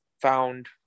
found